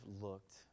looked